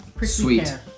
Sweet